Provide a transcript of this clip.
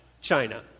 China